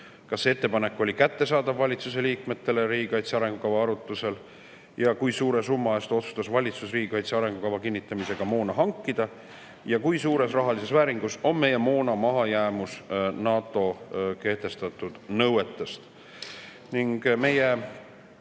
Kas see ettepanek oli kättesaadav valitsuse liikmetele riigikaitse arengukava arutusel? Kui suure summa eest otsustas valitsus riigikaitse arengukava kinnitamisega moona hankida? Ja kui suures rahalises vääringus on meie moona mahajäämus NATO kehtestatud nõuetest?